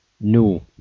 No